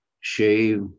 shave